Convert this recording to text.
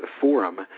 forum